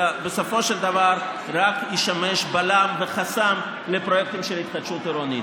אלא בסופו של דבר רק ישמש בלם וחסם לפרויקטים של התחדשות עירונית.